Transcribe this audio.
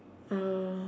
uh